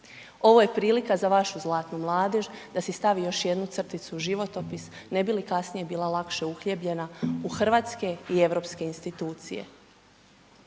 Ovo je prilika za vašu zlatnu mladež da si stavi još jednu crticu u životopis ne bi li kasnije bila lakše uhljebljena u hrvatske i europske institucije.